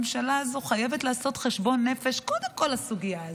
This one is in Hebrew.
הממשלה הזאת חייבת לעשות חשבון נפש קודם כול בסוגיה הזאת,